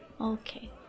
Okay